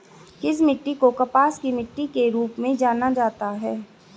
किस मिट्टी को कपास की मिट्टी के रूप में जाना जाता है?